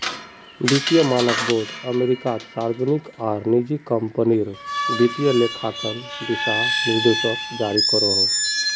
वित्तिय मानक बोर्ड अमेरिकात सार्वजनिक आर निजी क्म्पनीर वित्तिय लेखांकन दिशा निर्देशोक जारी करोहो